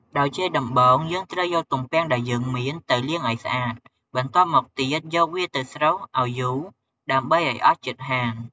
ដោយជាដំបូង យើងត្រូវយកទំពាំងដែលយើងមានទៅលាងឲ្យស្អាត បន្ទាប់មកទៀតយកវាទៅស្រុះឲ្យយូរ ដើម្បីឱ្យអស់ជាតិហាង។